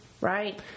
right